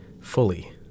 fully